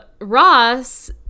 Ross